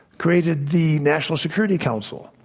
created the national security council,